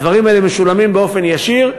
הדברים האלה משולמים באופן ישיר.